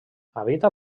habita